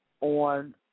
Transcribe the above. on